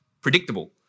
predictable